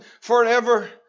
forever